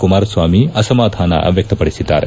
ಕುಮಾರಸ್ವಾಮಿ ಅಸಮಾಧಾನ ವ್ಲಕ್ತಪಡಿಸಿದ್ದಾರೆ